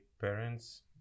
parents